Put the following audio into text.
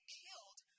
killed